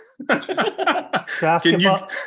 basketball